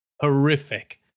horrific